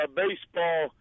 baseball